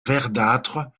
verdâtre